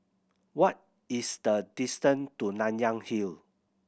what is the distance to Nanyang Hill